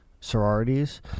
sororities